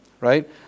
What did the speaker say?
Right